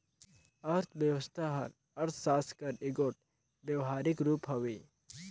अर्थबेवस्था हर अर्थसास्त्र कर एगोट बेवहारिक रूप हवे